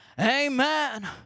Amen